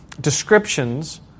descriptions